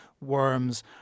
worms